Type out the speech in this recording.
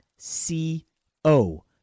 C-O